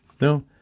No